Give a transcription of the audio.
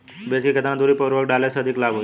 बीज के केतना दूरी पर उर्वरक डाले से अधिक लाभ होई?